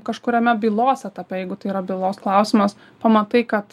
kažkuriame bylos etape jeigu tai yra bylos klausimas pamatai kad